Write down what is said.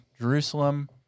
Jerusalem